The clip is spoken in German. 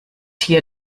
hier